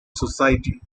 society